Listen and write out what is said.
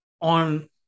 on